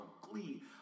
glee